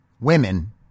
women